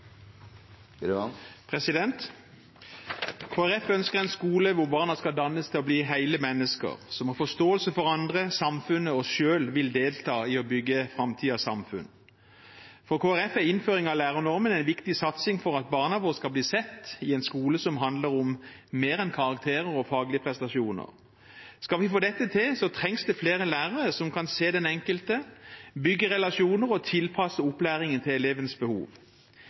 Kristelig Folkeparti ønsker en skole hvor barna skal dannes til å bli hele mennesker, som har forståelse for andre og samfunnet og selv vil delta i å bygge framtidens samfunn. For Kristelig Folkeparti er innføring av lærernormen en viktig satsing for at barna våre skal bli sett i en skole som handler om mer enn karakterer og faglige prestasjoner. Skal vi få dette til, trengs det flere lærere som kan se den enkelte, bygge relasjoner og tilpasse opplæringen til elevenes behov.